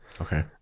Okay